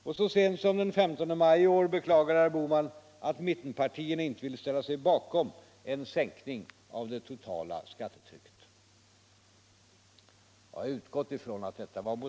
Och så sent som den 15 maj i år beklagar herr Bohman att mittenpartierna inte vill ställa sig bakom en sänkning av det totala skattetrycket.